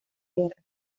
guerra